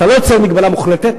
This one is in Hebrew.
אתה לא יוצר מגבלה מוחלטת.